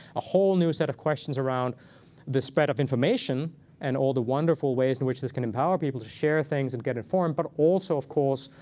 a whole new set of questions around the spread of information and all the wonderful ways in which this can empower people to share things and get informed. but also, of course,